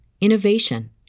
innovation